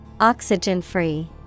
Oxygen-free